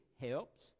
helps